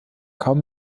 kaum